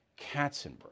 Katzenberg